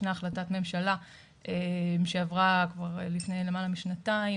ישנה החלטת ממשלה שעברה כבר לפני למעלה משנתיים